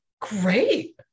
Great